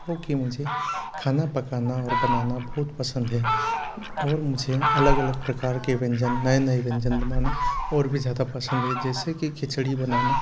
क्योंकि मुझे खाना पकाना और बनाना बहुत पसंद है और मुझे अलग अलग प्रकार के व्यंजन नये नये व्यंजन बनाना और भी ज़्यादा पसंद है जैसे कि खिचड़ी बनाना